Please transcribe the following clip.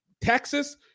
Texas